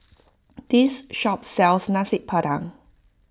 this shop sells Nasi Padang